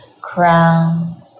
Crown